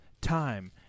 time